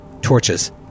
Torches